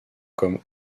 comme